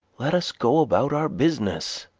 let us go about our business.